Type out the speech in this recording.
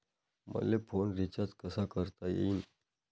मले phone recharge कसा करता येईन?